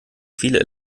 viele